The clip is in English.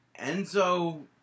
Enzo